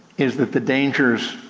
is that the dangers,